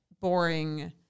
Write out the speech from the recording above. boring